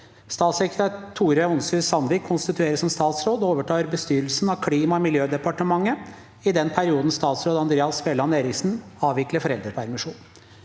Statssekretær Tore Onshuus Sandvik konstitueres som statsråd og overtar bestyrelsen av Klima- og miljødepartementet i den perioden statsråd Andreas Bjelland Eriksen avvikler foreldrepermisjon.